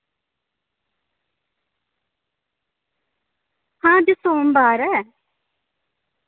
हां अज्ज सोमबार ऐ